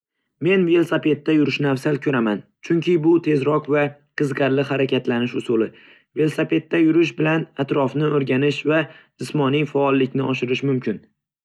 Men velosipedda yurishni afzal ko'raman, chunki bu tezroq va qiziqarli harakatlanish usuli. Velosipedda yurish bilan atrofni o'rganish va jismoniy faollikni oshirish mumkin.